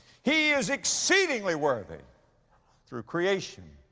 he is exceedingly worthy through creation,